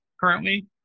currently